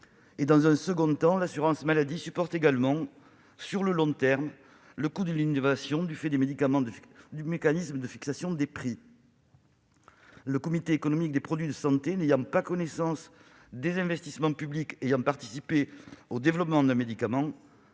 Dans un second temps, l'assurance maladie supporte, sur le long terme, le coût de l'innovation, du fait des mécanismes de fixation des prix. Le Comité économique des produits de santé, le CEPS, n'ayant pas connaissance des investissements publics ayant participé au développement d'un médicament,